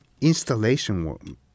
installation